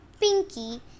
Pinky